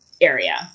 area